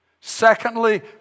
Secondly